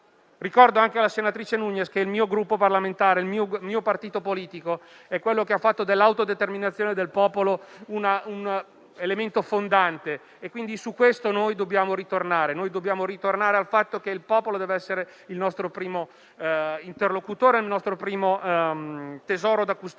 Ricordo anche alla senatrice Nugnes che il mio Gruppo parlamentare, il mio partito politico, è quello che ha fatto dell'autodeterminazione del popolo un elemento fondante e quindi su questo dobbiamo ritornare, ossia al fatto che il popolo dev'essere il nostro primo interlocutore e il nostro primo tesoro da custodire.